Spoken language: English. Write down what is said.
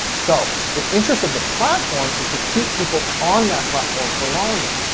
so, the interest of the platform is to keep people on that platform for longer.